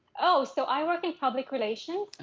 oh, so i work in public relations.